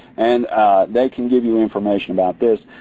and they can give you information about this.